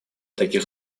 таких